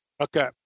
Okay